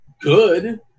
good